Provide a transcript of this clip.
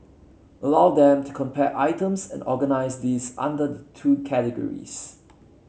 allow them to compare items and organise these under the two categories